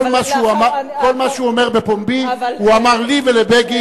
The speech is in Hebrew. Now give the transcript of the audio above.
כל מה שהוא אומר בפומבי הוא אמר לי ולבגין,